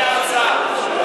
מהאוצר.